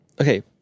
okay